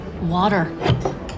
Water